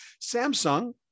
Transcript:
Samsung